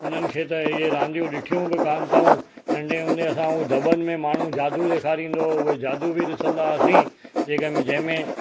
उन्हनि खे त इहे रांदियूं ॾिठियूं बि कोन्ह अथऊं नंढे हूंदे असां उहो दॿनि में माण्हू जादू ॾेखारींदो हुयो उहो जादू बि ॾिसंदा हुआसीं जंहिंमें